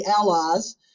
Allies